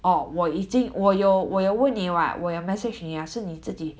orh 我已经我有我有问你 [what] 我有 message 你啊是你自己